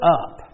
up